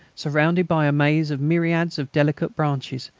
surrounded by a maze of myriads of delicate branches,